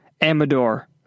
Amador